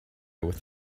with